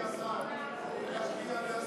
אדוני השר, צריך להשקיע בהסברה.